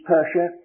Persia